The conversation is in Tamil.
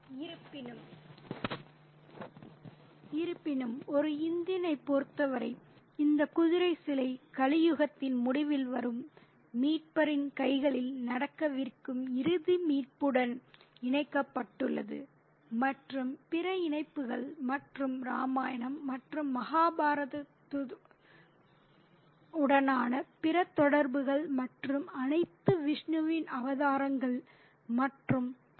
இருப்பினும் ஒரு இந்தியனைப் பொறுத்தவரை அந்த குதிரை சிலை கலியுகத்தின் முடிவில் வரும் மீட்பரின் கைகளில் நடக்கவிருக்கும் இறுதி மீட்புடன் இணைக்கப்பட்டுள்ளது மற்றும் பிற இணைப்புகள் மற்றும் ராமாயணம் மற்றும் மகாபாரதத்துடனான பிற தொடர்புகள் மற்றும் அனைத்து விஷ்ணுவின் அவதாரங்கள் மற்றும் பல